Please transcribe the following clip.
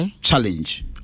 challenge